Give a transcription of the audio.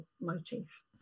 motif